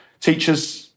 teachers